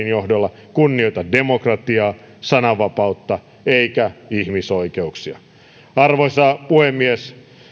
johdolla kunnioita demokratiaa sananvapautta eivätkä ihmisoikeuksia arvoisa puhemies